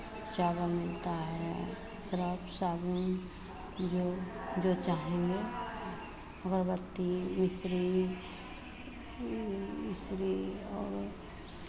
चावल मिलता है सर्फ साबुन जो जो चाहेंगे अगरबत्ती मिश्री मिश्री और